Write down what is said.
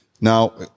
Now